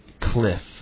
cliff